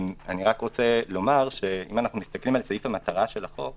אני רק רוצה לומר שאם אנחנו מסתכלים על סעיף המטרה של החוק,